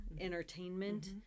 entertainment